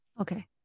Okay